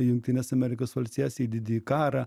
jungtines amerikos valstijas į didįjį karą